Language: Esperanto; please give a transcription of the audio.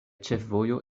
ĉefvojo